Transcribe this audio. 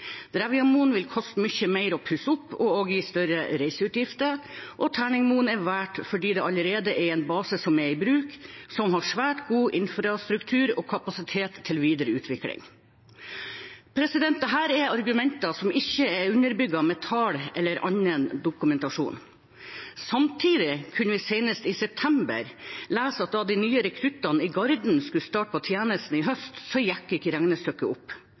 koste mye mer å pusse opp og også gi større reiseutgifter. Terningmoen er valgt fordi det allerede er en base som er i bruk, som har svært god infrastruktur og kapasitet til videre utvikling. Dette er argumenter som ikke er underbygget med tall eller annen dokumentasjon. Samtidig kunne vi senest i september lese at da de nye rekruttene i Garden skulle starte på tjenesten i høst, gikk ikke regnestykket opp.